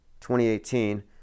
2018